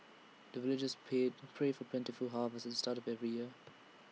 the villagers paid pray for plentiful harvest at the start of every year